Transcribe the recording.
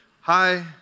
hi